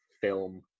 film